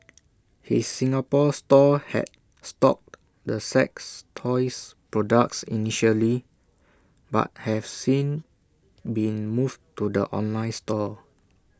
his Singapore store had stocked the sex toys products initially but have since been moved to the online store